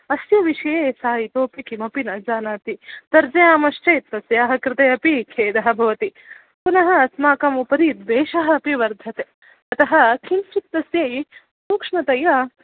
अस्य विषये सा इतोपि किमपि न जानाति तर्जयामश्चेत् तस्याः कृतेपि खेदः भवति पुनः अस्माकम् उपरि द्वेषः अपि वर्धते अतः किञ्चित् तसै सूक्ष्मतया